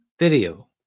video